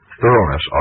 thoroughness